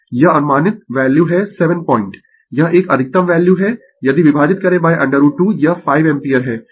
यह अनुमानित वैल्यू है 7 पॉइंट यह एक अधिकतम वैल्यू है यदि विभाजित करें √ 2 यह 5 एम्पीयर है